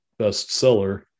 bestseller